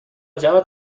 جواد